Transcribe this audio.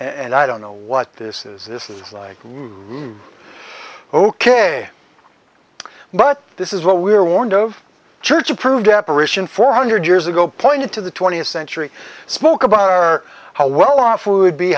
and i don't know what this is this is like ok but this is what we were warned of church approved operation four hundred years ago pointed to the twentieth century spoke about our how well off food be